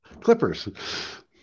Clippers